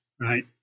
right